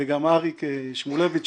וגם אריק שמילוביץ',